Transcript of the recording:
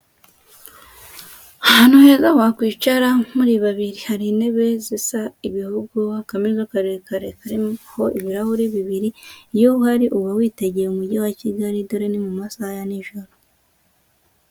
Ahantu heza wakwicara muri babiri, hari intebe zisa ibihugu, akameza karekare kariho ibirahuri bibiri, iyo uhari uba witegeye umujyi wa Kigali, dore ni mu masaha ya nijoro.